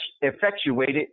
effectuated